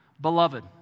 beloved